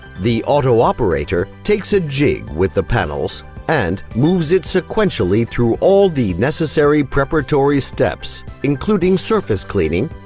the auto-operator takes a jig with the panels and moves it sequentially through all the necessary preparatory steps, including surface cleaning,